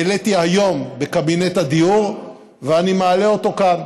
העליתי היום בקבינט הדיור, ואני מעלה אותו כאן.